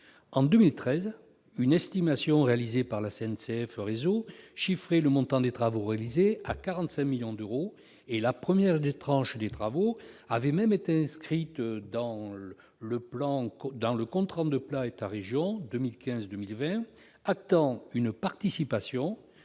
En 2013, une estimation réalisée par SNCF Réseau chiffrait le montant des travaux à réaliser à 45 millions d'euros. La première tranche de ces travaux avait même été inscrite dans le contrat de plan État-région 2015-2020, actant une participation